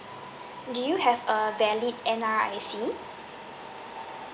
do you have a valid N_R_I_C